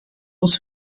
ons